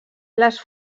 les